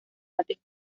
patios